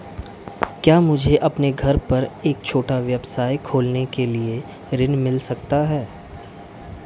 क्या मुझे अपने घर पर एक छोटा व्यवसाय खोलने के लिए ऋण मिल सकता है?